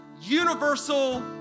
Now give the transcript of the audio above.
universal